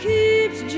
Keeps